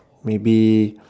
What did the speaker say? maybe